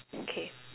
okay